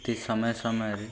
ସେ ସମୟେ ସମୟରେ